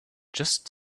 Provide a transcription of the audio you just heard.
just